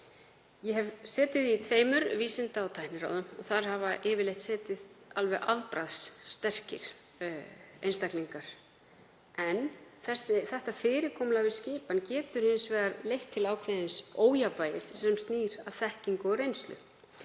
Ég hef setið í tveimur Vísinda- og tækniráðum og þar hafa yfirleitt alveg afbragðs sterkir einstaklingar en þetta fyrirkomulag við skipan getur hins vegar leitt til ákveðins ójafnvægis sem snýr að þekkingu og reynslu